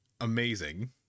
amazing